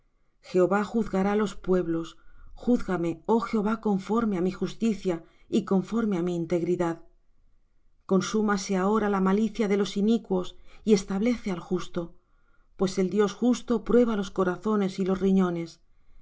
jehová juzgará los pueblos júzgame oh jehová conforme á mi justicia y conforme á mi integridad consúmase ahora la malicia de los inicuos y establece al justo pues el dios justo prueba los corazones y los riñones